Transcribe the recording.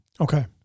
okay